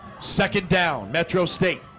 second down metro state